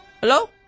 Hello